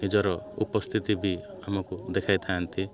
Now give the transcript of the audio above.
ନିଜର ଉପସ୍ଥିତି ବି ଆମକୁ ଦେଖାଇଥାନ୍ତି